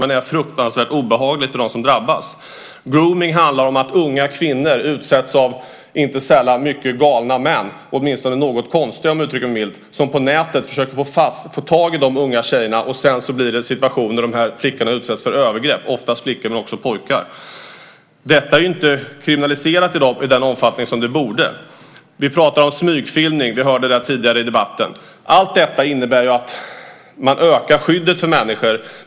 Men det är fruktansvärt obehagligt för dem som drabbas. Grooming handlar om att unga kvinnor utsätts för inte sällan mycket galna män, åtminstone något konstiga, om jag uttrycker mig milt, som på nätet försöker få tag i unga tjejer. Sedan uppstår en situation då dessa flickor utsätts för övergrepp. Det handlar oftast om flickor men även om pojkar. Detta är inte kriminaliserat i den omfattning som det borde vara. Det talades tidigare i debatten om smygfilmning. Allt detta innebär att man ökar skyddet för människor.